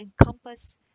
encompass